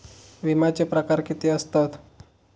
विमाचे प्रकार किती असतत?